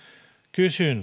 kysyn